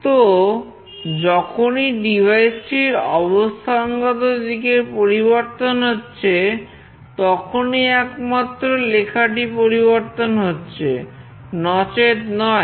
তোযখনই ডিভাইসটির অবস্থানগত দিক এর পরিবর্তন হচ্ছে তখনই একমাত্র লেখাটি পরিবর্তন হচ্ছে নচেৎ নয়